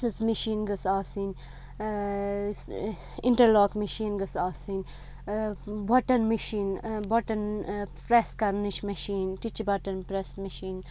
machine گٔژھ آسٕنۍ interlock machine گٔژھ آسٕنۍ بَٹَن مِشیٖن بَٹَن پرٛیٚس کَرنٕچ مِشیٖن تہِ چھِ بَٹَن پرٛیٚس مِشیٖن